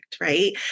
right